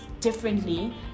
differently